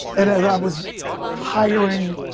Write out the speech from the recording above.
and as i was hiring,